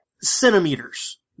centimeters